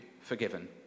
forgiven